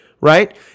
right